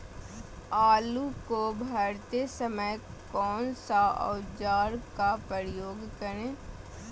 आलू को भरते समय कौन सा औजार का प्रयोग करें?